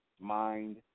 Mind